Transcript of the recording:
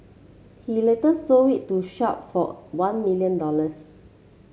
he later sold it to Sharp for one million dollars